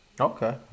Okay